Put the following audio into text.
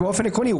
באופן עקרוני,